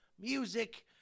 Music